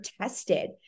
tested